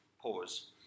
Pause